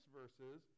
verses